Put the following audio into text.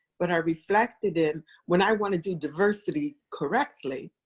but are reflected in when i want to do diversity correctly,